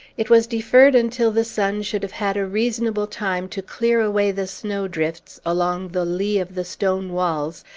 it was deferred until the sun should have had a reasonable time to clear away the snowdrifts along the lee of the stone walls,